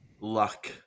luck